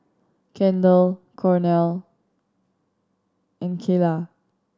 Kendall Cornel and Kaela